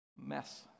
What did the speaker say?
Mess